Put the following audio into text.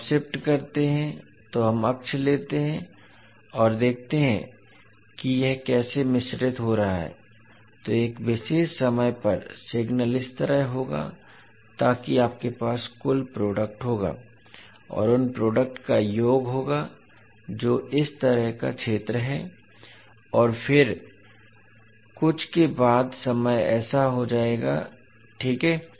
जब आप शिफ्ट करते हैं तो हम अक्ष लेते हैं और देखते हैं कि यह कैसे मिश्रित हो रहा है तो एक विशेष समय पर सिग्नल इस तरह होगा ताकि आपके पास कुल प्रोडक्ट होगा और उन प्रोडक्ट का योग होगा जो इस तरह का क्षेत्र है और फिर कुछ के बाद समय ऐसा हो जाएगा ठीक है